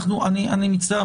אני מצטער,